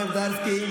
לכהניסטים.